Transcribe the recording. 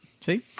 See